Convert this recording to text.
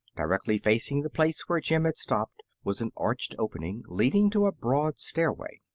directly facing the place where jim had stopped was an arched opening leading to a broad stairway.